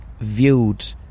viewed